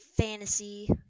Fantasy